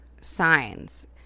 signs